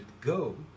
go